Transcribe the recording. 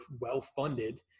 well-funded